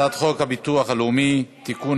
הצעת חוק הביטוח הלאומי (תיקון,